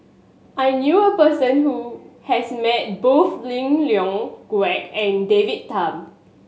I knew a person who has met both Lim Leong Geok and David Tham